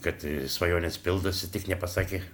kad svajonės pildosi tik nepasakė